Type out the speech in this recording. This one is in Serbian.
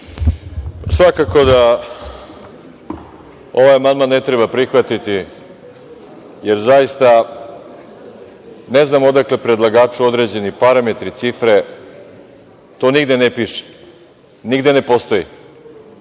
Svakako da ovaj amandman ne treba prihvatiti, jer zaista ne znam odakle predlagaču određeni parametri, cifre, to nigde ne piše, nigde ne postoji,